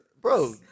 bro